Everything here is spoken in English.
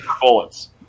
Bullets